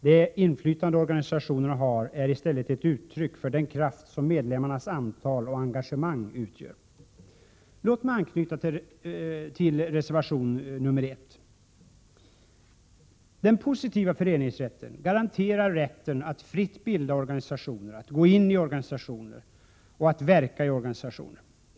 Det inflytande organisationerna har är i stället ett uttryck för den kraft som medlemmarnas antal och engagemang utgör. Låt mig anknyta till reservation nr 1. Den positiva föreningsrätten garanterar rätten att fritt bilda organisationer, att gå in i organisationer samt att verka i organisationer.